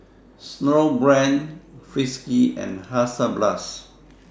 Snowbrand Friskies and Hansaplast